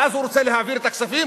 ואז הוא רוצה להעביר את הכספים